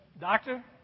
doctor